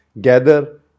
gather